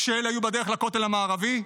כשאלה היו בדרך לכותל המערבי?